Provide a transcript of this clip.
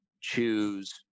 choose